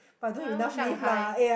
ya I wanna go Shanghai